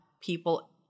people